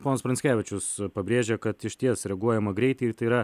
ponas pranckevičius pabrėžė kad išties reaguojama greitai tai yra